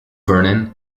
vernon